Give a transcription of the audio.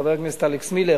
חבר הכנסת אלכס מילר,